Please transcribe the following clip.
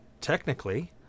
technically